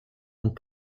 und